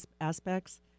aspects